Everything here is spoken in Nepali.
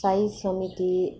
साई समिति